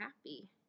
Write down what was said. happy